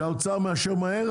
כשהאוצר מאשר מהר,